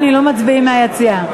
לא מצביעים מהיציע.